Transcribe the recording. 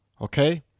okay